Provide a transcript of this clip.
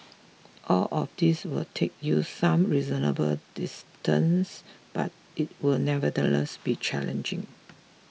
all of these will take you some reasonable distance but it will nevertheless be challenging